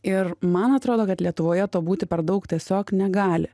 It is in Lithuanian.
ir man atrodo kad lietuvoje to būti per daug tiesiog negali